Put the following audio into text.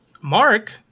Mark